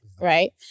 right